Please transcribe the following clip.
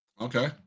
Okay